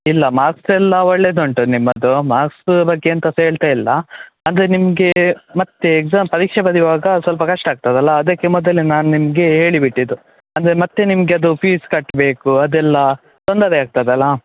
ಇಲ್ಲ ಮಾರ್ಕ್ಸ್ ಎಲ್ಲ ಒಳ್ಳೆಯದುಂಟು ನಿಮ್ಮದು ಮಾರ್ಕ್ಸ ಬಗ್ಗೆ ಎಂತ ಸಹ ಹೇಳ್ತಾ ಇಲ್ಲ ಅಂದರೆ ನಿಮಗೆ ಮತ್ತೆ ಎಕ್ಸಾಮ್ ಪರೀಕ್ಷೆ ಬರೆಯುವಾಗ ಸ್ವಲ್ಪ ಕಷ್ಟ ಆಗ್ತದಲ್ಲಾ ಅದಕ್ಕೆ ಮೊದಲೇ ನಾನು ನಿಮಗೆ ಹೇಳಿ ಬಿಟ್ಟಿದ್ದು ಅಂದರೆ ಮತ್ತೆ ನಿಮಗೆ ಅದು ಫೀಸ್ ಕಟ್ಟಬೇಕು ಅದೆಲ್ಲಾ ತೊಂದರೆ ಆಗ್ತದಲ್ಲಾ